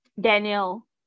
Daniel